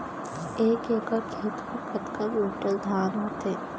एक एकड़ खेत मा कतका क्विंटल धान होथे?